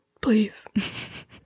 please